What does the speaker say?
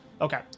okay